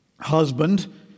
Husband